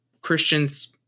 Christians